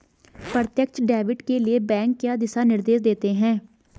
प्रत्यक्ष डेबिट के लिए बैंक क्या दिशा निर्देश देते हैं?